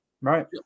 Right